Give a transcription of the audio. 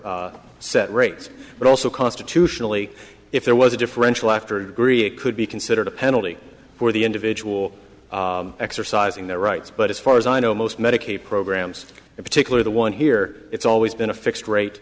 set rates but also constitutionally if there was a differential after agree it could be considered a penalty for the individual exercising their rights but as far as i know most medicaid programs in particular the one here it's always been a fixed rate